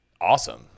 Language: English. awesome